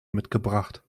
mitgebracht